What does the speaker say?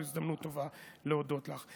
זו הזדמנות טובה להודות לך.